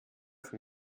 von